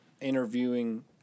interviewing